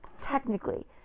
technically